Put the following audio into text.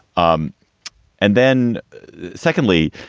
um and then secondly,